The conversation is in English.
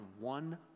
one